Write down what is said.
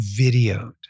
videoed